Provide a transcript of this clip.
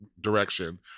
direction